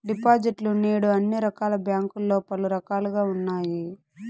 డిపాజిట్లు నేడు అన్ని రకాల బ్యాంకుల్లో పలు రకాలుగా ఉన్నాయి